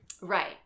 Right